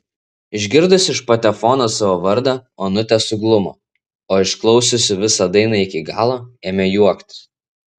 išgirdusi iš patefono savo vardą onutė suglumo o išklausiusi visą dainą iki galo ėmė juoktis